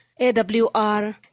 AWR